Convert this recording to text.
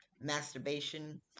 masturbation